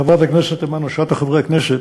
חברת הכנסת תמנו-שטה, חברי הכנסת,